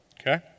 okay